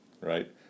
Right